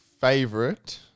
favorite